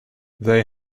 they